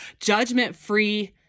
judgment-free